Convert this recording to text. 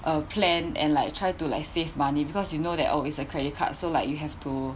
a plan and like try to like save money because you know that oh It's a credit card so like you have to